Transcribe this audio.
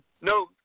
No